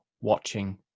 watching